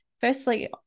firstly